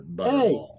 Hey